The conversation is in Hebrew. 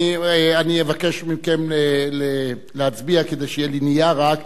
אני אבקש מכם להצביע כדי שיהיה לי נייר רק.